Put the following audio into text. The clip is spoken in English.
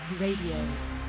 Radio